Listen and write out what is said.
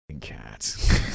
cat